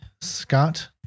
Scott